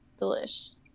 delish